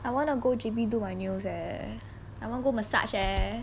I wanna go J_B do my nails eh I want go massage eh